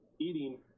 eating